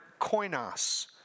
koinos